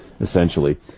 essentially